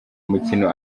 umukino